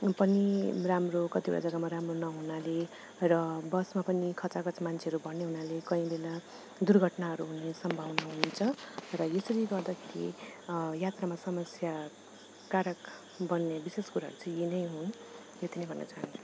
पनि राम्रो कतिवटा जग्गामा राम्रो नहुनाले र बसमा पनि खचाखच मान्छेहरू भर्ने हुनाले कोही बेला दुर्घटनाहरू हुने सम्भावना हुन्छ र यसरी गर्दाखेरि यात्रामा समस्या कारक बन्ने विशेष कुराहरू यीनै हुन्